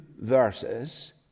verses